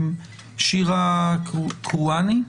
שירה קרוואני,